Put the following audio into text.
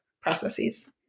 processes